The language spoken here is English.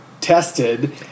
tested